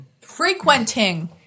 Frequenting